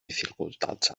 dificultats